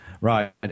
Right